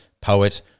poet